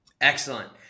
Excellent